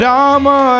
Rama